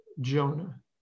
Jonah